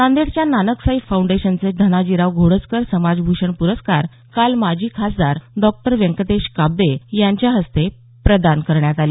नांदेडच्या नानकसाई फाऊंडेशनचे धनाजीराव घोडजकर समाज भूषण पुरस्कार काल माजी खासदार डॉक्टर व्यंकटेश काब्दे यांच्या हस्ते प्रदान करण्यात आले